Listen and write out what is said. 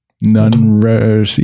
None